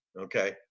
Okay